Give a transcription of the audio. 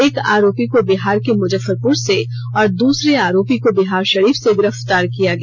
एक आरोपी को बिहार के मुजफ्फरपुर से और दूसरे आरोपी को बिहारषरीफ से गिरफ़्तार किया गया